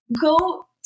Go